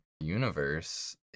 universe